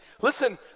Listen